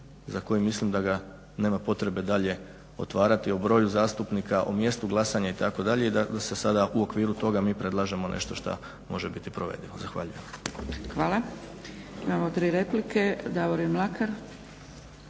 za koji mislim da ga nema potrebe dalje otvarati o broju zastupnika, o mjestu glasanja itd. I tako sada u okviru toga mi predlažemo nešto što može biti provedivo. Zahvaljujem. **Zgrebec, Dragica (SDP)** Hvala. Imamo tri replike. Davorin Mlakar.